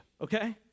okay